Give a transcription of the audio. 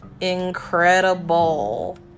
incredible